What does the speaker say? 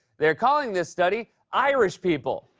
they're calling this study irish people.